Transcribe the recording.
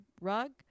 rug